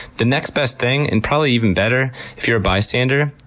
the next best thing, and probably even better, if you're a bystander,